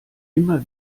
immer